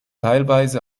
teilweise